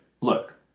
look